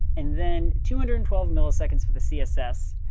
and then two hundred and twelve milliseconds for the css,